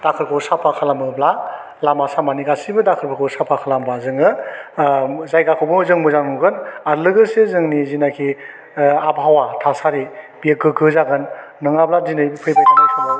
दाखोरखौ साफा खालामोब्ला लामा सामानि गासिबो दाखोरफोरखौ साफा खालामना जोङो ओह जायगाखौबो जों मोजां नुगोन आर लोगोसे जोंनि जिनाखि ओह आबहावा थासारि बे गोग्गो जागोन नङाब्ला दिनै फैबाय थानाय समाव